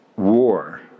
war